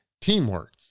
teamwork